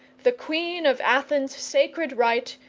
the queen of athens' sacred right,